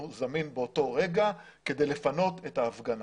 זמין באותו רגע כדי לפנות את ההפגנה.